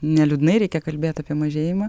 neliūdnai reikia kalbėti apie mažėjimą